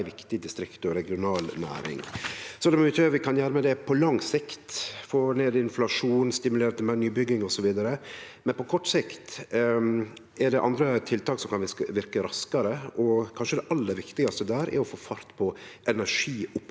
viktig distrikts- og regionalnæring. Det er mykje vi kan gjere med det på lang sikt, få ned inflasjonen, stimulere til meir nybygging osv., men på kort sikt er det andre tiltak som kan verke raskare. Kanskje det aller viktigaste der er å få fart på energioppgraderinga